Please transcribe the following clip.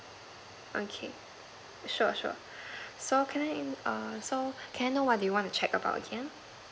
okay sure sure so can I err so can I know what do you want to check about again